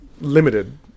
limited